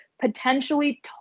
potentially